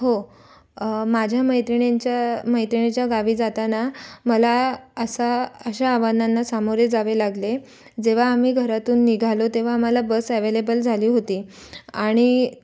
हो माझ्या मैत्रिणींच्या मैत्रिणीच्या गावी जाताना मला असा अशा आव्हानांना सामोरे जावे लागले जेवा आम्ही घरातून निघालो तेव्हा आम्हाला बस अव्हेलेबल झाली होती आणि